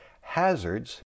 hazards